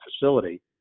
facility